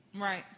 right